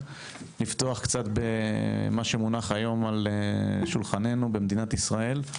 לפתוח קצת במה שמונח היום במדינת ישראל על שולחננו,